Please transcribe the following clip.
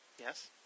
yes